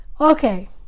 okay